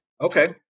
Okay